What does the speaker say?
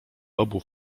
obu